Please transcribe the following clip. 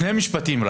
שני משפטים.